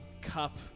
cup